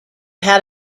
had